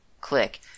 click